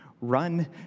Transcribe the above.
run